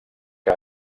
que